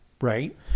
Right